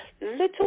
little